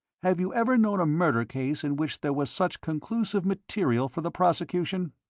have you ever known a murder case in which there was such conclusive material for the prosecution?